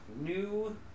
new